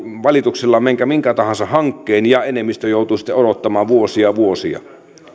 valituksella melkein minkä tahansa hankkeen ja enemmistö joutuu sitten odottamaan vuosia vuosia